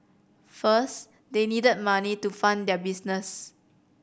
first they needed money to fund their business